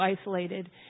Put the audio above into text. isolated